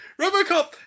RoboCop